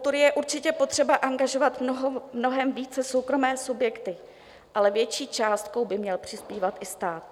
Do kultury je určitě potřeba angažovat mnohem více soukromé subjekty, ale větší částkou by měl přispívat i stát.